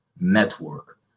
network